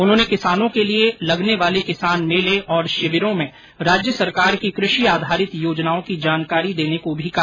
उन्होंने किसानों के लिए लगने वाले किसान मेर्ल तथा शिविरों में राज्य सरकार की कृषि आधारित योजनाओं की जानकारी देने को भी कहा